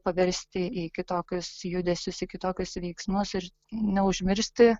paversti į kitokius judesius į kitokius veiksmus ir neužmiršti